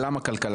למה כלכלה?